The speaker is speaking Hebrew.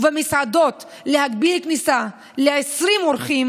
ובמסעדות להגביל כניסה ל-20 אורחים,